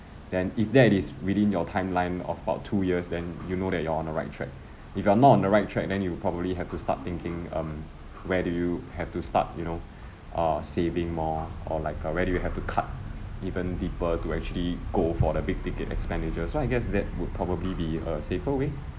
then if that is within your timeline of about two years then you know that you are on the right track if you are not on the right track then you would probably have to start thinking um where do you have to start you know err saving more or like uh where do you have to cut even deeper to actually go for the big-ticket expenditure so I guess that would probably be a safer way